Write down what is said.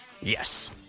Yes